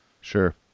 sure